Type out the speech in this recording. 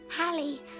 Hallie